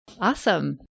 awesome